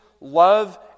love